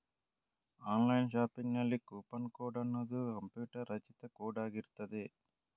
online ಶಾಪಿಂಗಿನಲ್ಲಿ coupon code ಅನ್ನುದು computer ರಚಿತ ಕೋಡ್ ಆಗಿರ್ತದೆ